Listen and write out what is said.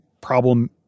problem